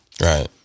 Right